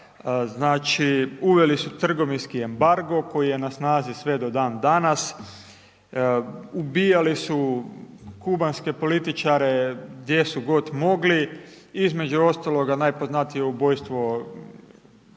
znači uveli tu trgovinski embargo koji je na snazi sve do dan danas, ubijali su kubanske političare, gdje su god mogli. Između ostaloga najpoznatije ubojstvo